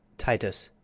titus,